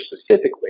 specifically